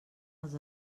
els